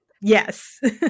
Yes